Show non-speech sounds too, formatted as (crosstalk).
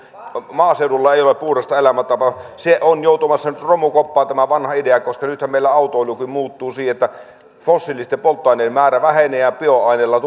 maaseudulla ei ole puhdasta elämäntapaa on joutumassa nyt romukoppaan tämä vanha idea nythän meillä autoilukin muuttuu siten että fossiilisten polttoaineiden määrä vähenee ja bioaineilla (unintelligible)